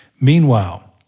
Meanwhile